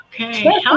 Okay